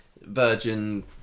virgin